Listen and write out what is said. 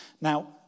Now